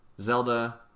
Zelda